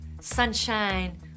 sunshine